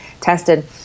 tested